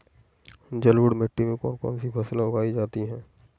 जलोढ़ मिट्टी में कौन कौन सी फसलें उगाई जाती हैं?